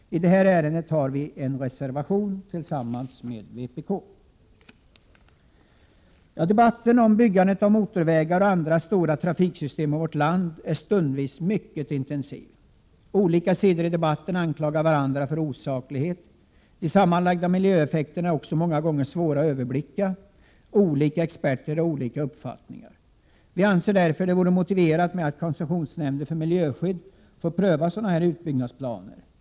I detta ärende har vi avgivit en reservation tillsammans med vpk. Debatten om byggandet av motorvägar och andra stora trafiksystem i vårt land är stundvis mycket intensiv. Olika sidor i debatten anklagar varandra för osaklighet. De sammanlagda miljöeffekterna är också många gånger svåra att överblicka. Olika experter har olika uppfattningar. Vi anser därför att det vore motiverat att koncessionsnämnden för miljöskydd får pröva sådana utbyggnadsplaner.